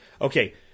Okay